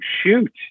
shoot